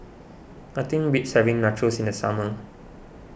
nothing beats having Nachos in the summer